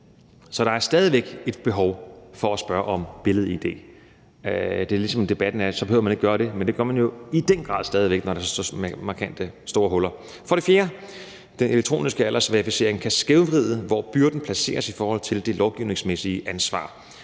Så der er stadig væk et behov for at spørge om billed-id. I debatten fremgår det, at det behøver man ikke at gøre, men det gør man jo i den grad stadig væk, når der er så markante, store huller. For det fjerde kan den elektroniske aldersverificering skævvride, hvor byrden er placeret i forhold til det lovgivningsmæssige ansvar.